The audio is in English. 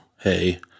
hey